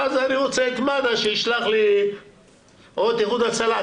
ואז אני רוצה את מד"א או את איחוד הצלה.